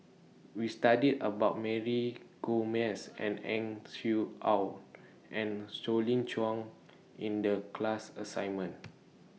We studied about Mary Gomes and Ang Swee Aun and Colin Cheong in The class assignment